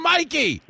Mikey